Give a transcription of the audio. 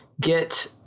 get